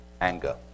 anger